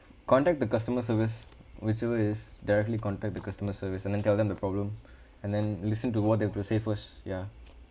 contact the customer service whichever is directly contact the customer service and then tell them the problem and then listen to what they have to say first ya